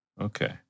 Okay